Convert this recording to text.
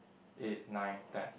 eight nine ten